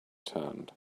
turned